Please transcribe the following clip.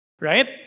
Right